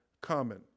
common